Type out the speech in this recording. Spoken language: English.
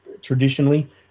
traditionally